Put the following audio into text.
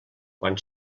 quan